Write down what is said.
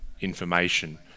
information